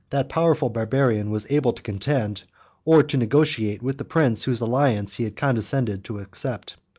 that powerful barbarian was able to contend or to negotiate with the prince, whose alliance he had condescended to accept.